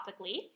topically